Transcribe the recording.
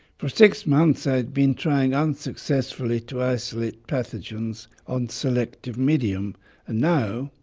for six months i had been trying unsuccessfully to isolate pathogens on selective medium and now,